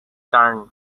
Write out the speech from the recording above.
turn